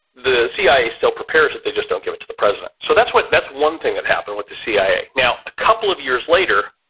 the cia still prepares it. they just don't give it to the president. so that's what, that's one thing that happened with the cia. now, a couple of years later,